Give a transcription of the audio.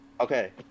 Okay